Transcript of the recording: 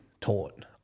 taught